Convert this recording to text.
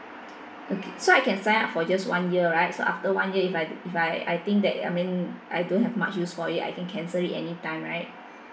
okay so I can sign up for just one year right so after one year if I if I I think that I mean I don't have much use for it I can cancel it anytime right